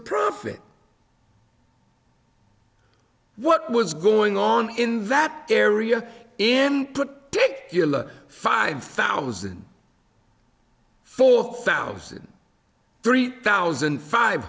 profit what was going on in that area in put take five thousand four thousand three thousand five